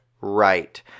right